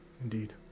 Indeed